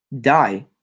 die